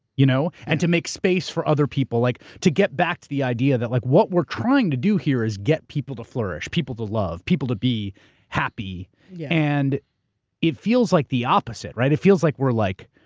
you know and to make space for other people, like to get back to the idea that like what we're trying to do here is get people to flourish. people to love, people to be happy yeah and it feels like the opposite. it feels like we're like,